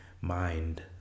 Mind